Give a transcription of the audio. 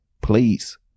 Please